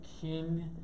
King